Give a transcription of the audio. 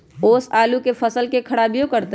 ओस आलू के फसल के खराबियों करतै?